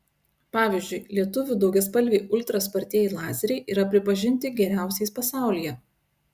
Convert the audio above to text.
pavyzdžiui lietuvių daugiaspalviai ultra spartieji lazeriai yra pripažinti geriausiais pasaulyje